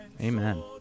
Amen